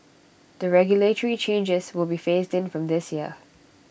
the regulatory changes will be phased in from this year